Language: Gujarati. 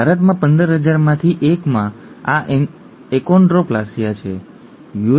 ભારતમાં 15000 માંથી 1 માં આ એકોન્ડ્રોપ્લાસિયા છે યુ